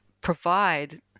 provide